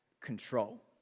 control